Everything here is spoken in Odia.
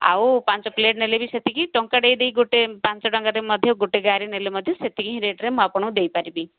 ଆଉ ପାଞ୍ଚ ପ୍ଲେଟ ନେଲେ ବି ସେତିକି ଟଙ୍କାଟେ ଦେଇ ଗୋଟେ ପାଞ୍ଚ ଟଙ୍କାରେ ମଧ୍ୟ ଗୋଟେ ରେ ନେଲେ ମଧ୍ୟ ସେତିକି ରେଟ୍ରେ ମୁଁ ଆପଣଙ୍କୁ ଦେଇ ପାରିବି